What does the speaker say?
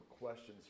questions